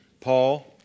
Paul